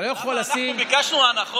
אתה לא יכול לשים, אנחנו ביקשנו הנחות?